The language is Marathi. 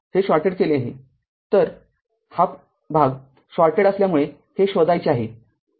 तर हा भाग शॉर्टेड असल्यामुळे हे शोधायचे आहे